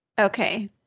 Okay